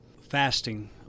fasting